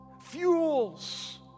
fuels